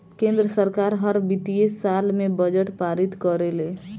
केंद्र सरकार हर वित्तीय साल में बजट पारित करेले